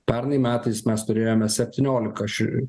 pernai metais mes turėjome septynioliką šiuriu